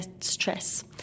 stress